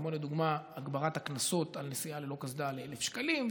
כמו לדוגמה העלאת הקנסות על נסיעה ללא קסדה ל-1,000 שקלים,